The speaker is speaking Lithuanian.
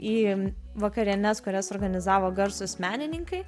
į vakarienes kurias organizavo garsūs menininkai